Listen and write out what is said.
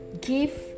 Give